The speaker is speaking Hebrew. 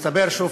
מסתבר שוב